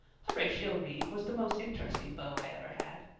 horatio reeve was the most interesting beau i ever had.